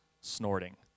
snorting